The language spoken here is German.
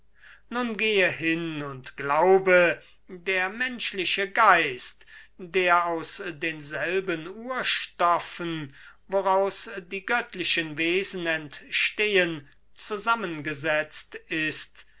nun gehe hin und glaube der menschliche geist der aus denselben urstoffen woraus die göttlichen wesen entstehen zusammengesetzt ist